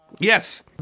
Yes